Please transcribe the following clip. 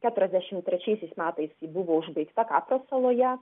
keturiasdešimt trečiaisiais metais ji buvo užbaigta kapri saloje